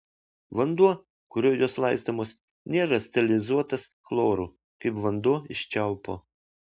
vanduo kuriuo jos laistomos nėra sterilizuotas chloru kaip vanduo iš čiaupo